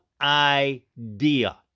idea